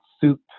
soup